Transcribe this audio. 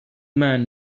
man